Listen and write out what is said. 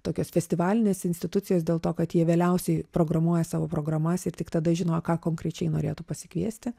tokios festivalinės institucijos dėl to kad jie vėliausiai programuoja savo programas ir tik tada žino ką konkrečiai norėtų pasikviesti